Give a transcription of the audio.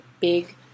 big